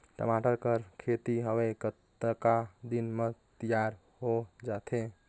टमाटर कर खेती हवे कतका दिन म तियार हो जाथे?